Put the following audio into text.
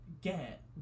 get